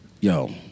Yo